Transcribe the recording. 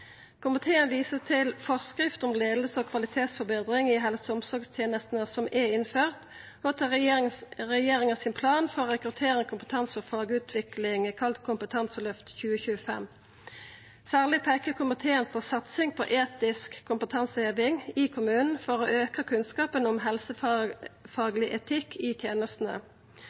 Komiteen viser til forskrift om leiing og kvalitetsforbetring i helse- og omsorgstenestene som er innført, og til regjeringa sin plan for rekruttering, kompetanse og fagutvikling, kalla Kompetanseløftet 2025. Særleg peikar komiteen på satsing på etisk kompetanseheving i kommunane for å auka kunnskapen om helsefagleg etikk i tenestene.